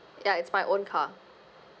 ya it's my own car